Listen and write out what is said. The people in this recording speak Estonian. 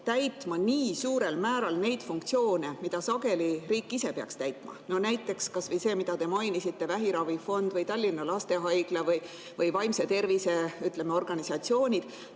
täitma nii suurel määral neid funktsioone, mida sageli riik ise peaks täitma. Kas või need, mida te mainisite, vähiravifond, Tallinna Lastehaigla või vaimse tervise organisatsioonid,